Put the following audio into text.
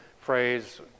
phrase